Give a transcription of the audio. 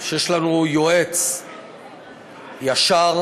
שיש לנו יועץ ישר,